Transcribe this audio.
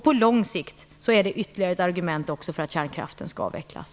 På lång sikt är det också ytterligare ett argument för att kärnkraften skall avvecklas.